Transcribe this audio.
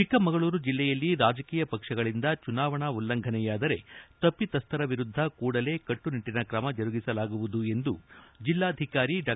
ಚಿಕ್ಕಮಗಳೂರು ಜಿಲ್ಲೆಯಲ್ಲಿ ರಾಜಕೀಯ ಪಕ್ಷಗಳಿಂದ ಚುನಾವಣಾ ಉಲ್ಲಂಘನೆಯಾದರೆ ತಪ್ಪಿತಸ್ಥರ ವಿರುದ್ದ ಕೂಡಲೇ ಕಟ್ಟುನಿಟ್ಟಿನ ಕ್ರಮ ಜರುಗಿಸಲಾಗುವುದು ಎಂದು ಜಿಲ್ಲಾಧಿಕಾರಿ ಡಾ